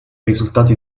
risultati